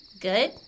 Good